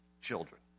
children